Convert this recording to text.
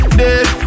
dead